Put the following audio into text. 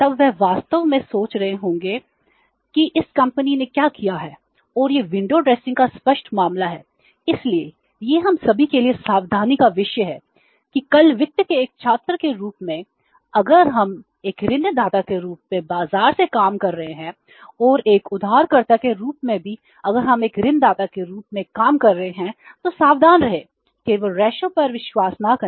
तब वे वास्तव में सोच रहे होंगे कि इस कंपनी ने क्या किया है और यह विंडो ड्रेसिंग पर विश्वास न करें